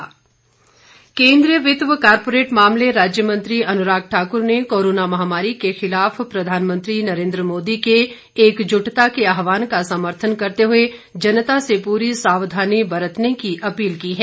अनुराग केंद्रीय वित्त व कारपोरेट मामले राज्य मंत्री अनुराग ठाकुर ने कोरोना महामारी के खिलाफ प्रधानमंत्री नरेन्द्र मोदी के एकजुटता के आहवान का समर्थन करते हुए जनता से पूरी सावधानी बरतने की अपील की है